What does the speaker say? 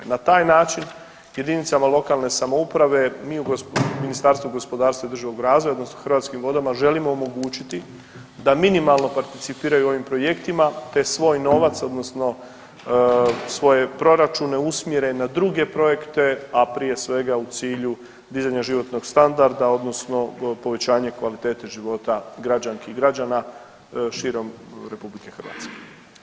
Na taj način JLS-ovim a mi u Ministarstvu gospodarstva i održivog razvoja odnosno Hrvatskim vodama želimo omogućiti da minimalno participiraju u ovim projektima, te svoj novac odnosno svoje proračune usmjere na druge projekte, a prije svega u cilju dizanja životnog standarda odnosno povećanje kvalitete života građanki i građana širom RH.